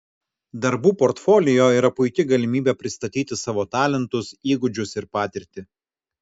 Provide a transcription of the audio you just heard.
darbų portfolio yra puiki galimybė pristatyti savo talentus įgūdžius ir patirtį